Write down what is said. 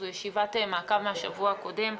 זו ישיבת מעקב מהשבוע הקודם.